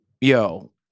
Yo